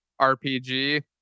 RPG